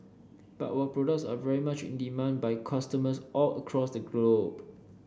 but our products are very much in demand by customers all across the globe